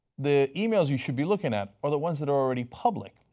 the emails you should be looking at are the ones that are already public,